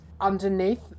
underneath